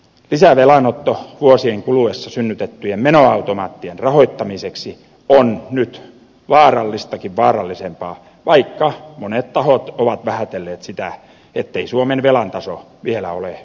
lisävelanotto vuosien kuluessa synnytettyjen menoautomaattien rahoittamiseksi on nyt vaarallistakin vaarallisempaa vaikka monet tahot ovat vähätelleet sitä ettei suomen velan taso vielä ole huolestuttava